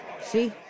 See